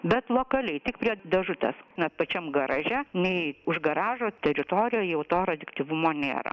bet lokaliai tik prie dėžutės nes pačiam garaže nei už garažo teritorijoj jau to radioaktyvumo nėra